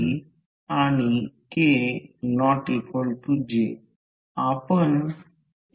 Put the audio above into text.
ही एक साधी गोष्ट आहे फक्त एकच गोष्ट आहे की हे सोडवा आणि शोधा मी अंतिम समीकरण लिहीले आहे